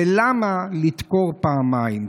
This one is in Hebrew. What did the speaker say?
ולמה לדקור פעמיים?